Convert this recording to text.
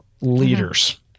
leaders